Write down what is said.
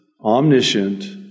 omniscient